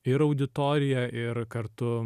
ir auditoriją ir kartu